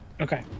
Okay